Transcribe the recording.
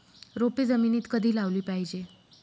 रोपे जमिनीत कधी लावली पाहिजे?